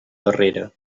darrere